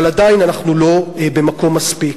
אבל עדיין אנחנו לא במקום מספיק.